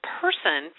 person